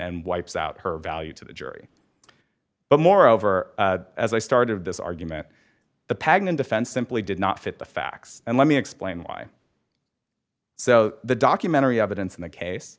wipes out her value to the jury but moreover as i started this argument the pagnac defense simply did not fit the facts and let me explain why so the documentary evidence in the case